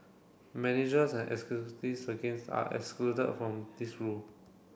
managers and executives against are excluded from this rule